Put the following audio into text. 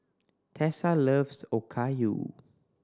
Tessa loves Okayu